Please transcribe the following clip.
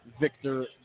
Victor